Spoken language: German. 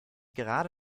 gerade